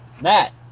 Matt